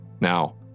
Now